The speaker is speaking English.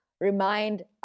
remind